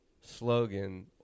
slogan